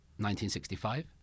1965